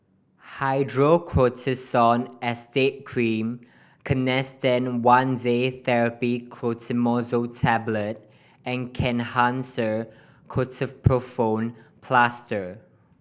Hydrocortisone Acetate Cream Canesten One Day Therapy Clotrimazole Tablet and Kenhancer Ketoprofen Plaster